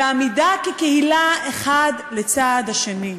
ועמידה כקהילה האחד לצד השני.